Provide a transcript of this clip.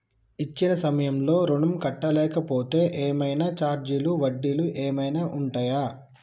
ఇచ్చిన సమయంలో ఋణం కట్టలేకపోతే ఏమైనా ఛార్జీలు వడ్డీలు ఏమైనా ఉంటయా?